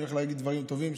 אני הולך להגיד דברים טובים,